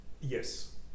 yes